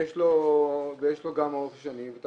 ויש לו אורך שנים.